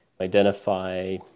identify